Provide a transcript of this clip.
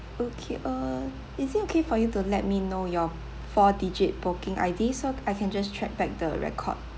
okay uh is it okay for you to let me know your four digit booking I_D so I can just check back the record